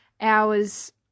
...hours